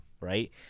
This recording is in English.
right